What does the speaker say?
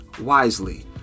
wisely